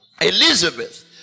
Elizabeth